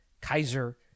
Kaiser